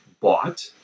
bought